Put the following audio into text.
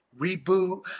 reboot